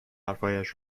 حرفهایش